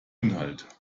inhalt